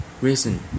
reason